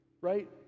right